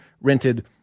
rented